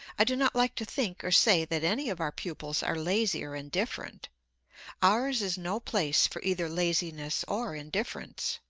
i do not like to think or say that any of our pupils are lazy or indifferent ours is no place for either laziness or indifference.